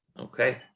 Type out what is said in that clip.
Okay